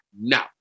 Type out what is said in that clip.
No